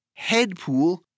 Headpool